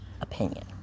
opinion